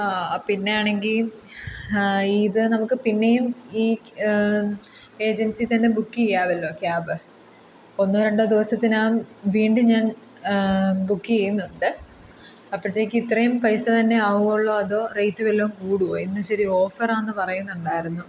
പിന്നെ ആണെങ്കിൽ ഇത് നമുക്ക് പിന്നെയും ഈ ഏജൻസി തന്നെ ബുക്ക് ചെയ്യാമല്ലോ ക്യാബ് ഒന്നോ രണ്ട് ദിവസത്തിനകം വീണ്ടും ഞാൻ ബുക്ക് ചെയ്യുന്നുണ്ട് അപ്പഴ്ത്തേക്ക് ഇത്രയും പൈസ തന്നെ ആവുകയുള്ളോ അതോ റേയ്റ്റ് വല്ലതും കൂടുവോ ഇന്ന് ഇച്ചിരി ഓഫാർ ആണെന്ന് പറയുന്നുണ്ടായിരുന്നു